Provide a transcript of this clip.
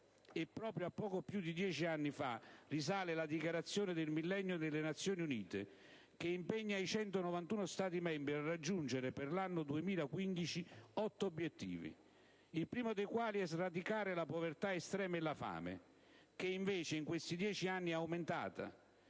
e proprio a poco più di dieci anni fa risale la Dichiarazione del Millennio delle Nazioni Unite, che impegna i 191 Stati membri a raggiungere, per l'anno 2015, otto obiettivi, il primo dei quali è sradicare la povertà estrema e la fame che invece in questi dieci anni è aumentata: